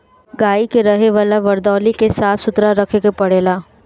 गाई के रहे वाला वरदौली के साफ़ सुथरा रखे के पड़ेला